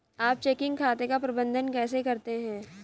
आप चेकिंग खाते का प्रबंधन कैसे करते हैं?